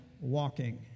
walking